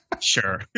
Sure